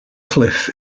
cliff